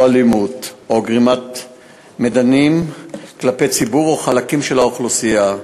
אלימות או גרימת מדנים כלפי ציבור או חלקים של האוכלוסייה,